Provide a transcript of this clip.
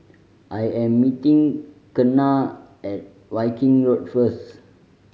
I am meeting Kenna at Viking Road first